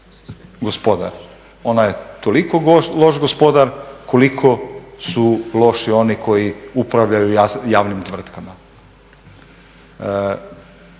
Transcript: gospodar. Ona je toliko loš gospodar koliko su loši oni koji upravljaju javnim tvrtkama.